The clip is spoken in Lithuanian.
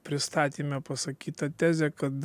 pristatyme pasakyta tezė kad